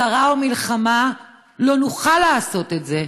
צרה ומלחמה לא נוכל לעשות את זה,